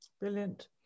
Brilliant